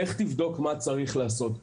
לך תבדוק מה צריך לעשות.